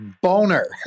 Boner